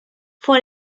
for